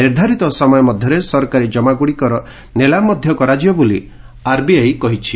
ନିର୍ଦ୍ଧାରିତ ସମୟ ମଧ୍ୟରେ ସରକାରୀ ଜମାଗୁଡ଼ିକର ନିଲାମ ମଧ୍ୟ କରାଯିବ ବୋଲି ଆର୍ବିଆଇ କହିଛି